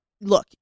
look